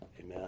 amen